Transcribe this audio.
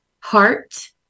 Heart